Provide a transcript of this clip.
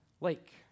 lake